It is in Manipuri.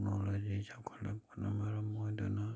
ꯇꯦꯛꯅꯣꯂꯣꯖꯤ ꯆꯥꯎꯈꯠꯂꯛꯄꯅ ꯃꯔꯝ ꯑꯣꯏꯗꯨꯅ